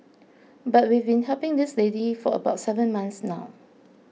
but we've been helping this lady for about seven months now